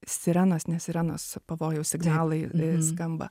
sirenos ne sirenos pavojaus signalai skamba